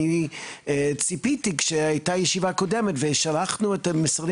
אני ציפיתי כשהייתה ישיבה קודמת ושלחנו את משרדי